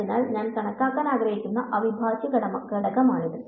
അതിനാൽ ഞാൻ കണക്കാക്കാൻ ആഗ്രഹിക്കുന്ന അവിഭാജ്യഘടകമാണിത്